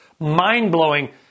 Mind-blowing